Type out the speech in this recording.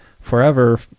forever